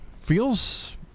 Feels